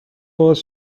باز